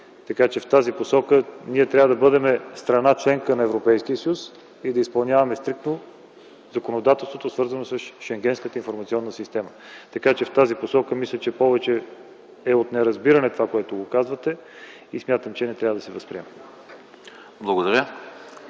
за крадените коли. Ние трябва да бъдем страна – членка на Европейския съюз, и да изпълняваме стриктно законодателството, свързано с Шенгенската информационна система. В тази посока мисля, че повече е от неразбиране това, което казвате и смятам, че не трябва да се възприема.